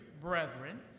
brethren